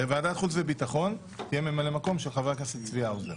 בוועדת החוץ והביטחון תהיה ממלא מקום של חבר הכנסת צבי האוזר.